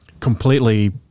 Completely